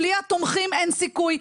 בלי התומכים אין סיכוי.